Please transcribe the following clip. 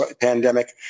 pandemic